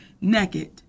naked